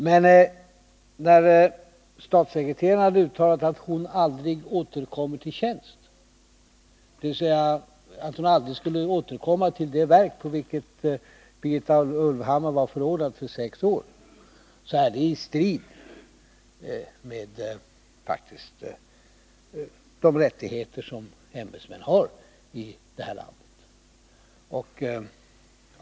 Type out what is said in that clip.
Men när statssek 175 reteraren uttalar att Birgitta Ulvhammar aldrig återkommer i tjänst, dvs. att hon aldrig skall återkomma till det verk på vilket Birgitta Ulvhammar var förordnad för sex år, är det faktiskt i strid med de rättigheter som ämbetsmän har i detta land.